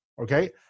okay